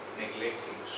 neglecting